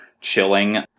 chilling